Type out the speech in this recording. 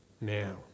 now